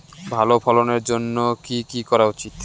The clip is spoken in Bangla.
ভালো ফলনের জন্য কি কি করা উচিৎ?